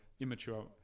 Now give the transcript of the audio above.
immature